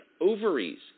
ovaries